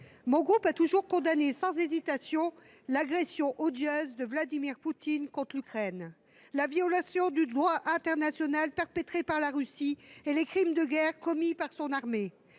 mon groupe a toujours condamné, sans hésitation, l’agression odieuse de Vladimir Poutine contre l’Ukraine, la violation du droit international perpétrée par la Russie et les crimes de guerre commis par son armée.